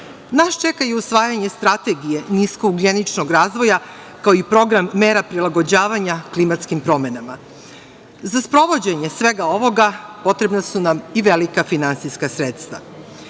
čeka i usvajanje strategije nisko ugljeničkog razvoja, kao i program mera prilagođavanja klimatskim promenama. Za sprovođenje svega ovoga potrebna su nam i velika finansijska sredstva.